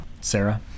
Sarah